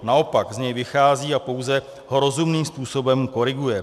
Naopak z něj vychází a pouze ho rozumným způsobem koriguje.